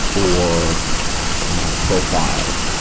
or, ah profiled,